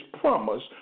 promise